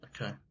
Okay